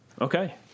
Okay